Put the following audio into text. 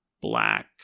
black